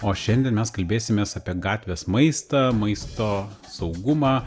o šiandien mes kalbėsimės apie gatvės maistą maisto saugumą